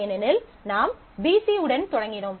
ஏனெனில் நாம் BC உடன் தொடங்கினோம்